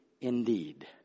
indeed